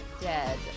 dead